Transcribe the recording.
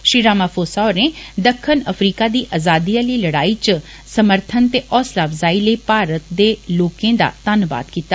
Shri Ramaphosa होरें दक्खन Africa दी आज़ादी आली लड़ाई च समर्थन ते हौसला अफ़जाई लेई भारत दे लोकें दा धन्नवाद कीता